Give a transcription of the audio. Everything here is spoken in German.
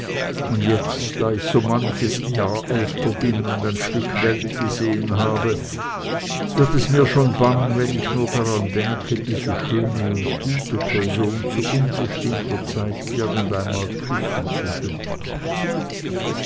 und jetzt da ich so manches jahr älter bin und ein stück welt gesehen habe wird es mir schon bang wenn ich nur daran denke diese schöne und gute person zu unbestimmter zeit irgendeinmal küssen zu dürfen